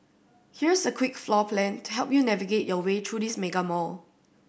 here's a quick floor plan to help you navigate your way through this mega mall